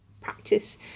practice